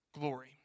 glory